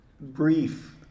brief